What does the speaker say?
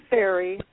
Ferry